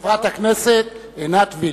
חברת הכנסת עינת וילף.